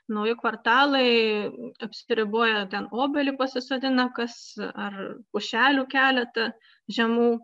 nauji kvartalai apsiriboja ten obelį pasisodina kas ar pušelių keletą žemų